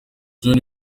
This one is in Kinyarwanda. john